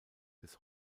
des